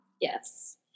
Yes